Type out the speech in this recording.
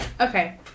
Okay